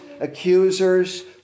accusers